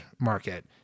market